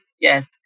yes